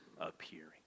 appearing